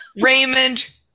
Raymond